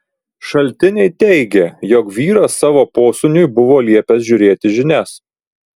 šaltiniai teigė jog vyras savo posūniui buvo liepęs žiūrėti žinias